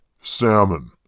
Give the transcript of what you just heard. salmon